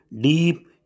deep